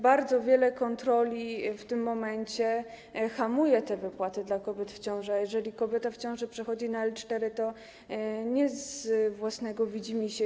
Bardzo wiele kontroli w tym momencie hamuje wypłaty dla kobiet w ciąży, a jeżeli kobieta w ciąży przechodzi na L4, to nie dla własnego widzimisię.